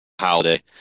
holiday